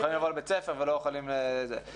שיבואו לבית ספר ולא יכולים --- למרות